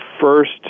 first